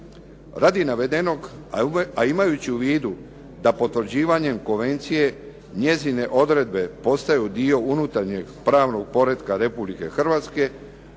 Radi navedenog a imajući u vidu da potvrđivanjem konvencije njezine odredbe postaju dio unutarnjeg pravnog poretka Republike Hrvatske